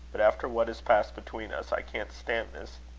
but after what has passed between us, i can't stand this.